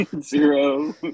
zero